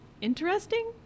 interesting